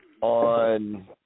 on